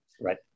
Right